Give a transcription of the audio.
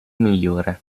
migliore